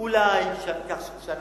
אולי שנה,